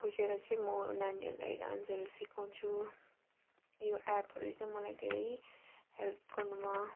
खोजेर चाहिँ म नानीहरूलाई आन्सरहरू सिकाउँछु यो एपहरू चाहिँ मलाई धेरै हेल्प गर्नुमा